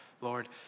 Lord